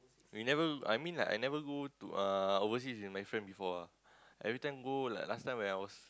we never I mean like I never go to uh overseas with my friends before ah every time go like last time when I was